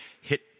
Hit